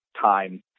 time